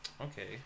Okay